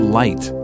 light